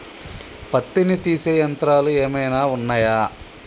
పత్తిని తీసే యంత్రాలు ఏమైనా ఉన్నయా?